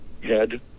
head